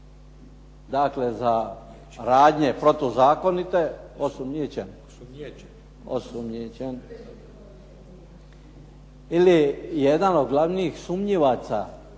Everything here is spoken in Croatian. dakle za radnje protuzakonite ili jedan od glavnih sumnjivaca